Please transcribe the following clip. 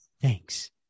Thanks